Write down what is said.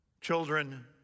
children